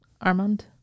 Armand